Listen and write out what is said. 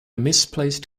misplaced